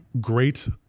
great